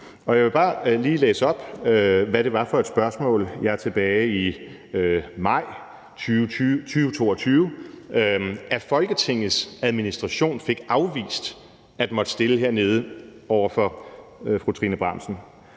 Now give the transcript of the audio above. jeg vil bare lige læse op, hvad det var for et spørgsmål, jeg tilbage i maj 2022 af Folketingets Administration fik afvist at måtte stille hernede til fru Trine Bramsen.